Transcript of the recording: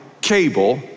cable